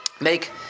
Make